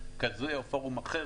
בשיתוף הרשות לאיסור הלבנת הון,